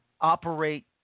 operate